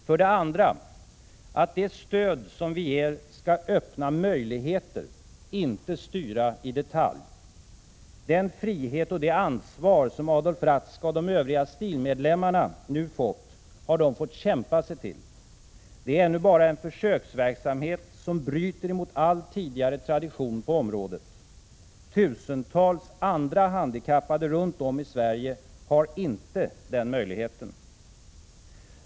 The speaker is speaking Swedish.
För det andra att det stöd vi ger skall öppna möjligheter — inte styra i detalj. Den frihet och det ansvar som Adolf Ratzka och de övriga STIL-medlemmarna nu fått har de fått kämpa sig till. Det är ännu bara en försöksverksamhet som bryter mot all tidigare tradition på området. Tusentals andra handikappade runt om i Sverige har inte samma möjlighet.